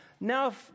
Now